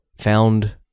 found